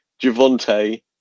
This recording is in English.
Javante